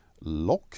lock